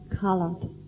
colored